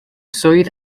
swydd